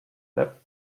flap